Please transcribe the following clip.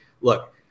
look